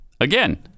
Again